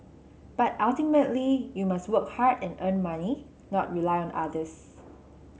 but ultimately you must work hard and earn money not rely on others